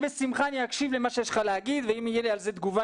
בשמחה אני אקשיב למה שיש לך להגיד ואם יהיה לי על זה תגובה,